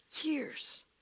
Years